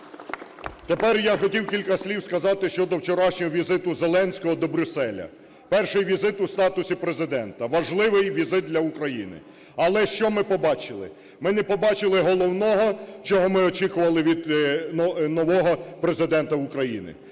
Тепер я хотів кілька слів сказати щодо вчорашнього візиту Зеленського до Брюсселя. Перший візит у статусі Президента – важливий візит для України. Але що ми побачили? Ми не побачили головного, чого ми очікували від нового Президента України.